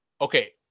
okay